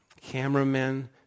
cameramen